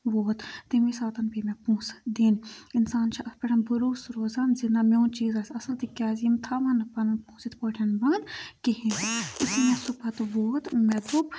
ووت تَمی ساتَن پیٚیہِ مےٚ پونٛسہٕ دِنۍ اِنسان چھِ اَتھ پٮ۪ٹھ بروسہٕ روزان زِ نہ میون چیٖز آسہِ اَصٕل تِکیٛازِ یِم تھاوان نہٕ پَنُن پونٛسہٕ یِتھ پٲٹھۍ بَنٛد کِہیٖنۍ تہِ مےٚ سُہ پَتہٕ ووت مےٚ دوٚپ